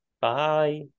Bye